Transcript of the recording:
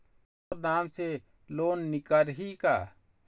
मोर नाम से लोन निकारिही का?